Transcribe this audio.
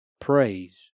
praise